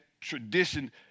tradition